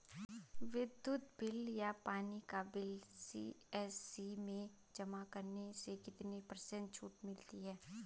विद्युत बिल या पानी का बिल सी.एस.सी में जमा करने से कितने पर्सेंट छूट मिलती है?